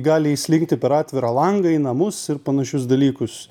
gali įslinkti per atvirą langą į namus ir panašius dalykus